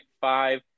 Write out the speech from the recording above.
five